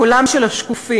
קולם של השקופים,